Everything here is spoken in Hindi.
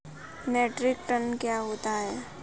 मीट्रिक टन क्या होता है?